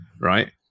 right